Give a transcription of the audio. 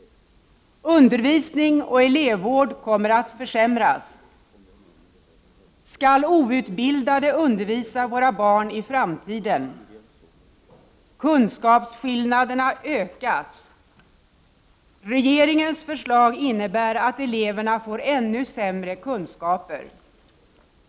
Undervisning och elevvård kommer att försämras! Skall outbildade undervisa våra barn i framtiden? Kunskapsskillnaderna ökas! Regeringens förslag innebär att eleverna får ännu sämre kunskaper!